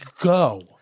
go